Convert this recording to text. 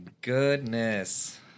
goodness